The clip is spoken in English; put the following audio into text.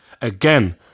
again